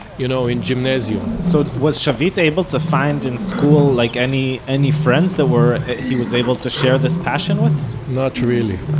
you know, in gymnasium so was shavit able to find in school, like any any friends that were, he was able to share this passion with? not really.